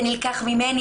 זה נלקח ממני.